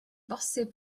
bosibl